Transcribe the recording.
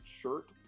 shirt